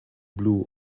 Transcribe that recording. blue